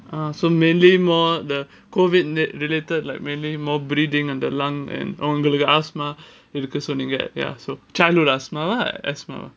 err so mainly more the COVID re~ related like mainly more bleeding on the lung and உங்களுக்கு asthma இருக்கு சொன்னேங்க:ungaluku asthuma iruku sonnenga asthma ya so childhood asthma asthma